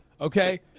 okay